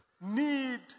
need